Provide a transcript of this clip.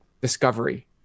discovery